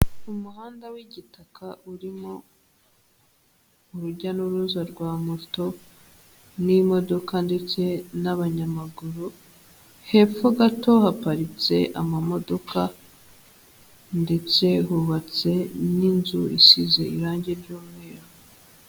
Umuhanda w'igitaka urimo urujya n'uruza rwa moto n'imodoka ndetse n'abanyamaguru, hepfo gato haparitse amamodoka ndetse hubatse n'inzu isize irangi ry'umweru.